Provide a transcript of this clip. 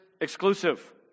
exclusive